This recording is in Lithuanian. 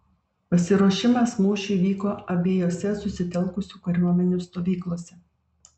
pasiruošimas mūšiui vyko abiejose susitelkusių kariuomenių stovyklose